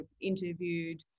interviewed